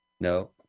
No